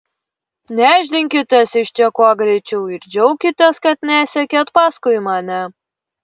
nešdinkitės iš čia kuo greičiau ir džiaukitės kad nesekėt paskui mane